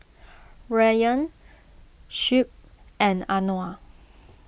Rayyan Shuib and Anuar